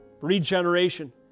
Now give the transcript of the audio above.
regeneration